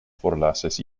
forlasas